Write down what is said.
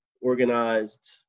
organized